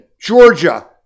Georgia